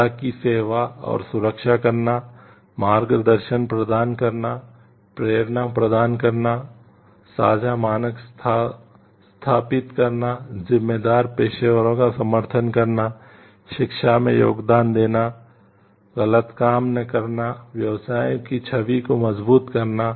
जनता की सेवा और सुरक्षा करना मार्गदर्शन प्रदान करना प्रेरणा प्रदान करना साझा मानक स्थापित करना जिम्मेदार पेशेवरों का समर्थन करना शिक्षा में योगदान देना गलत काम न करना व्यवसायों की छवि को मजबूत करना